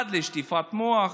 משרד לשטיפת מוח,